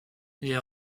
les